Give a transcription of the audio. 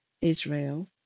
Israel